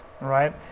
right